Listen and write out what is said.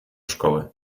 szkołę